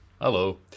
Hello